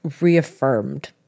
reaffirmed